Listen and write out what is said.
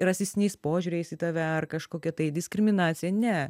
rasistiniais požiūriais į tave ar kažkokia tai diskriminacija ne